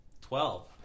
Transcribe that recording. twelve